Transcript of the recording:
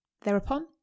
Thereupon